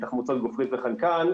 תחמוצות גופרית וחנקן.